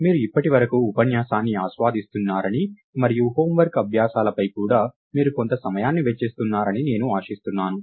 మీరు ఇప్పటివరకు ఉపన్యాసాన్ని ఆస్వాదిస్తున్నారని మరియు హోమ్ వర్క్ అబ్యాసాలపై కూడా మీరు కొంత సమయాన్ని వెచ్చిస్తున్నారని నేను ఆశిస్తున్నాను